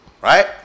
right